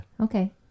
Okay